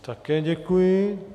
Také děkuji.